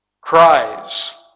cries